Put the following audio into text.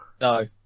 No